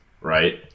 Right